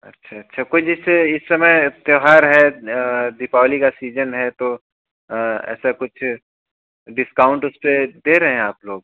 अच्छा अच्छा कोई जैसे इस समय त्यौहार है दीपावली का सीजन है तो ऐसा कुछ डिस्काउन्ट उस पर दे रहें आप लोग